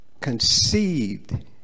conceived